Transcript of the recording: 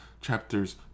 chapters